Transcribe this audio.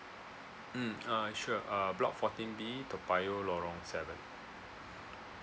mm uh sure uh block fourteen B toa payoh lorong seven